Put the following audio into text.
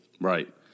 Right